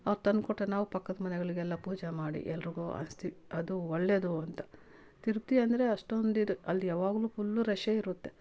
ಅವ್ರು ತಂದುಕೊಟ್ರೆ ನಾವು ಪಕ್ಕದಮನೆಗಳಿಗೆಲ್ಲ ಪೂಜೆ ಮಾಡಿ ಎಲ್ರಿಗೂ ಹಂಚ್ತಿವ್ ಅದು ಒಳ್ಳೆದು ಅಂತ ತಿರುಪ್ತಿ ಅಂದರೆ ಅಷ್ಟೊಂದು ಇದು ಅಲ್ಲಿ ಯಾವಾಗಲೂ ಫುಲ್ಲು ರಶ್ಶೇ ಇರುತ್ತೆ